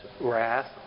wrath